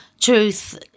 truth